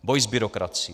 Boj s byrokracií.